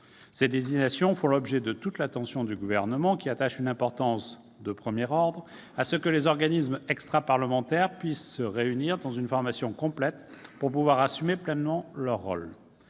Ces désignations font l'objet de toute l'attention du Gouvernement, qui attache une importance de premier ordre à ce que les organismes extraparlementaires puissent se réunir dans une formation complète pour pouvoir assumer pleinement leur rôle.